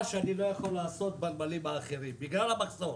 שאני לא יכול לעשות בנמלים האחרים בגלל המחסור.